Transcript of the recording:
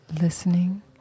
listening